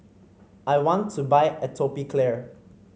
I want to buy Atopiclair